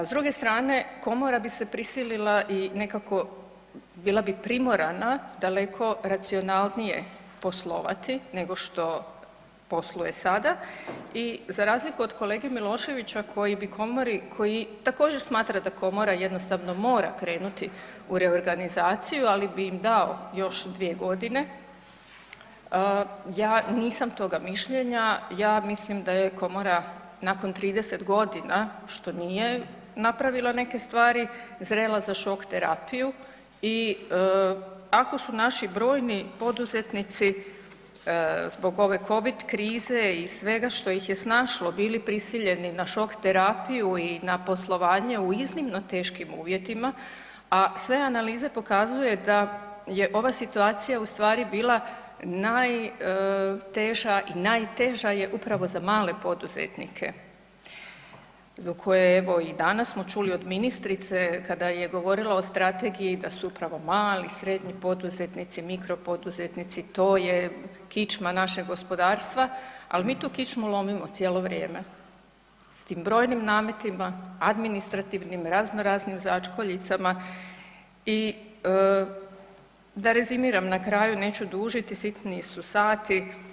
S druge strane komora bi se prisilila i nekako, bila bi primorana daleko racionalnije poslovati nego što posluje sada i za razliku od kolege Miloševića koji bi komori, koji također smatra da komora jednostavno mora krenuti u reorganizaciju ali bi im dao još dvije godine, ja nisam toga mišljenja, ja mislim da je komora nakon 30 godina što nije napravila neke stvari zrela za šok terapiju i ako su naši brojni poduzetnici zbog ove Covid krize i svega što ih je snašlo bili prisiljeni na šok terapiju i na poslovanje u iznimno teškim uvjetima, a sve analize pokazuju da je ova situacija bila najteža i najteža je upravo za male poduzetnike za koje evo i danas smo čuli i od ministrice kada je govorila o strategiji da su upravo mali, srednji poduzetnici, mikro poduzetnici to je kičma našeg gospodarstva, ali mi tu kičmu lomimo cijelo vrijeme s tim brojnim nametima, administrativnim, razno raznim začkoljicama i da rezimiram na kraju, neću dužiti sitniji su sati.